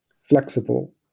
flexible